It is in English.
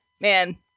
Man